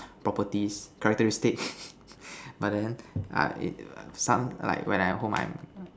properties characteristics but then ah eh some like when I hold my